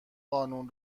قانون